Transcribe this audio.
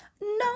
No